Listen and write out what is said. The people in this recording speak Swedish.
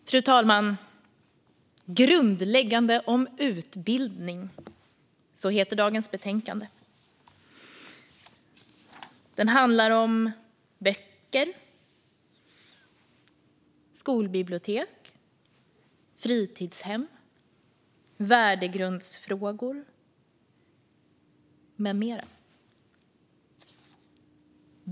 Fru talman! Grundläggande om utbildning heter dagens betänkande. Det handlar om böcker, skolbibliotek, fritidshem, värdegrundsfrågor med mera.